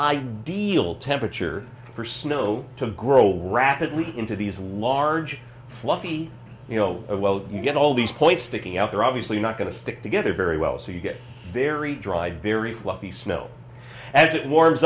ideal temperature for snow to grow rapidly into these large fluffy you know a well you get all these points sticking out there obviously not going to stick together very well so you get very dry very fluffy snow as it warms